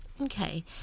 Okay